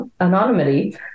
anonymity